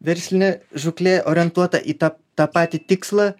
verslinė žūklė orientuota į tą tą patį tikslą